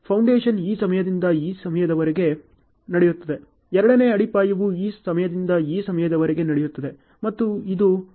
foundation ಈ ಸಮಯದಿಂದ ಈ ಸಮಯದವರೆಗೆ ನಡೆಯುತ್ತಿದೆ ಎರಡನೇ ಅಡಿಪಾಯವು ಈ ಸಮಯದಿಂದ ಈ ಸಮಯದವರೆಗೆ ನಡೆಯುತ್ತಿದೆ ಮತ್ತು ಇದು ಏಪ್ರಿಲ್ 3 ರಿಂದ 4 ನೇ ವಾರದಲ್ಲಿ ನಡೆಯುತ್ತಿದೆ